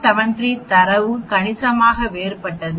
73 தரவு கணிசமாக வேறுபட்டது